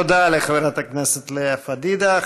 תודה לחברת הכנסת לאה פדידה.